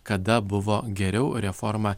kada buvo geriau reforma